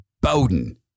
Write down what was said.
Bowden